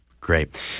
Great